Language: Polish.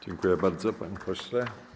Dziękuję bardzo, panie pośle.